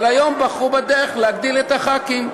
אבל היום בחרו בדרך של הגדלת הח"כים,